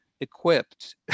equipped